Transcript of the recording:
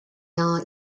are